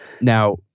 Now